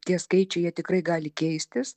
tie skaičiai jie tikrai gali keistis